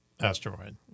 asteroid